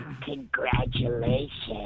Congratulations